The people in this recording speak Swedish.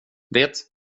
det